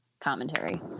commentary